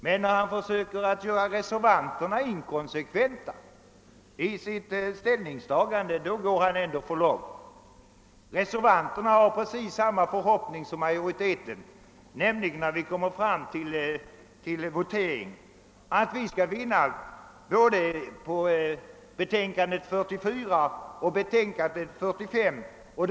Men när han försöker göra reservanterna inkonsekventa i deras ställningstagande, går han ändå för långt. Reservanterna har precis samma förhoppningar som majoriteten, att vid voteringen vinna både när det gäller konstitutionsutskottets utlåtande nr 44 och samma utskotts utlåtande nr 45.